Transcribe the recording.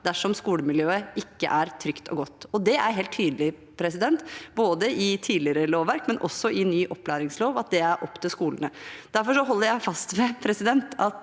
dersom skolemiljøet ikke er trygt og godt. Det er helt tydelig både i tidligere lovverk og i ny opplæringslov at det er opp til skolene. Derfor holder jeg fast ved at det